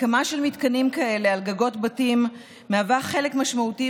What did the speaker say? הקמה של מתקנים כאלה על גגות בתים היא חלק משמעותי